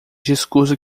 discurso